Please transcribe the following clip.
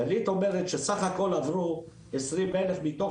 דלית אומרת שסך הכול עברו 20,000 מתוך